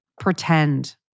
pretend